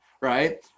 right